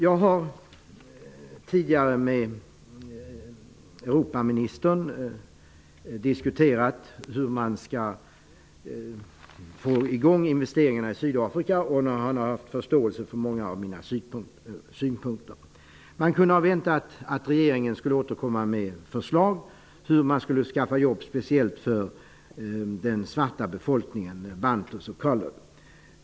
Jag har tidigare diskuterat med Europaministern hur man skall få i gång investeringarna i Sydafrika. Han har visat förståelse för många av mina synpunkter. Man kunde ha väntat att regeringen skulle återkomma med förslag om hur jobb skaffas fram speciellt för den svarta befolkningen.